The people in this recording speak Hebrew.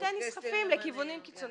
אתם נסחפים לכיוונים קיצוניים.